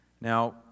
Now